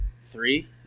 three